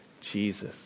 Jesus